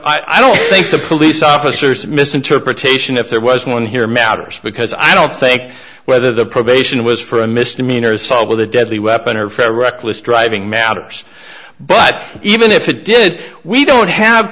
gov i don't think the police officers misinterpretation if there was one here matters because i don't think whether the probation was for a misdemeanor assault with a deadly weapon or for reckless driving matters but even if it did we don't have